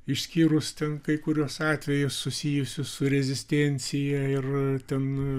išskyrus ten kai kuriuos atvejus susijusius su rezistencija ir ten